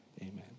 Amen